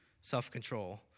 self-control